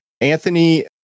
Anthony